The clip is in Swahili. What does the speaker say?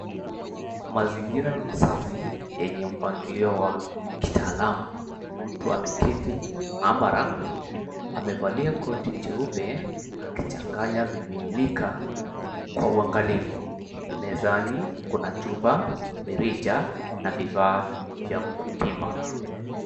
Mazingira ni safi yenye mpangilio wa kitaalamu. Mtu ameketi maabara. Amevalia koti cheupe akichanganya vimiminika kwa uangalifu. Mezani kuna chupa, mirija na vifaa vya kupima.